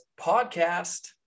podcast